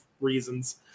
reasons